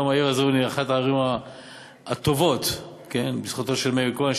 היום העיר הזאת היא אחת הערים הטובות בזכותו של מאיר כהן,